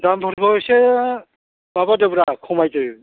दामफोरखौ इसे माबादोब्रा खमायदो